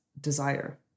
desire